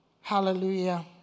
Hallelujah